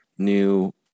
new